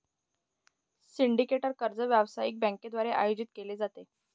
syndicated कर्ज व्यावसायिक बँकांद्वारे आयोजित केले जाते